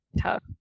Tough